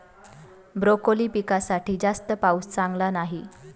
broccoli पिकासाठी जास्त पाऊस चांगला नाही